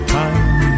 time